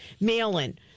Mail-in